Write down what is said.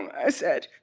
i said,